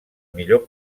millor